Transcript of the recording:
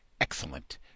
excellent